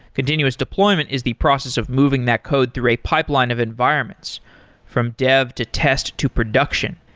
continuous deployment is the process of moving that code through a pipeline of environments from dev, to test, to production.